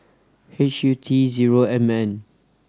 H U T zero M N